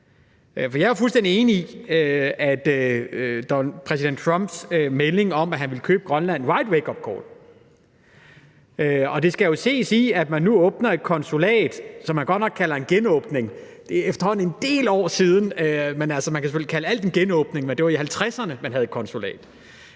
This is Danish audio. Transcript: jeg er jo fuldstændig enig i, at præsident Trumps melding om, at han ville købe Grønland, var et wakeupcall. Og det skal jo ses i, at man nu åbner et konsulat, hvilket man godt nok kalder en genåbning, men det er efterhånden en del år siden. Altså, man kan selvfølgelig kalde alt en genåbning, men det var i 1950'erne, at man havde et konsulat